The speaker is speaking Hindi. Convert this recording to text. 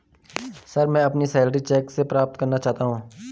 सर, मैं अपनी सैलरी चैक से प्राप्त करना चाहता हूं